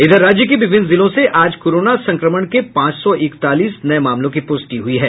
इधर राज्य के विभिन्न जिलों से आज कोरोना संक्रमण के पांच सौ इकतालीस नए मामलो की पुष्टि हुई हैं